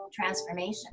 transformation